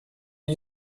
you